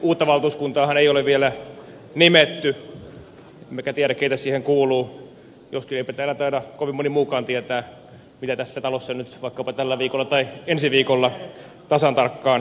uutta valtuuskuntaahan ei ole vielä nimetty emmekä tiedä keitä siihen kuuluu eipä täällä taida kovin moni muukaan tietää mitä tässä talossa nyt vaikkapa tällä viikolla tai ensi viikolla tasan tarkkaan muutenkaan tapahtuu